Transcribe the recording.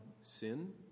sin